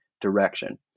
direction